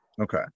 Okay